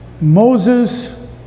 Moses